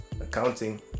accounting